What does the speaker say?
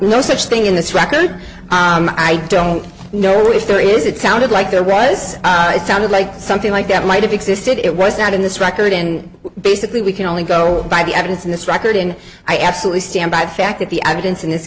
no such thing in this record i don't know if there is it sounded like there was sounded like something like that might have existed it was not in this record and basically we can only go by the evidence in this record in i absolutely stand by the fact that the evidence in this